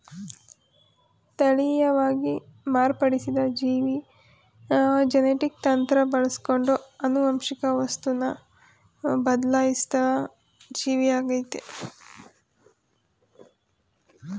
ತಳೀಯವಾಗಿ ಮಾರ್ಪಡಿಸಿದ ಜೀವಿ ಜೆನೆಟಿಕ್ ತಂತ್ರ ಬಳಸ್ಕೊಂಡು ಆನುವಂಶಿಕ ವಸ್ತುನ ಬದ್ಲಾಯ್ಸಿದ ಜೀವಿಯಾಗಯ್ತೆ